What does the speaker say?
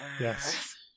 Yes